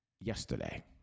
Yesterday